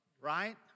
right